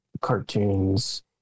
cartoons